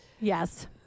Yes